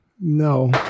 No